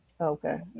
Okay